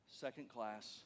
second-class